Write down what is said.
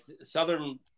Southern